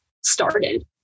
started